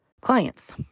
clients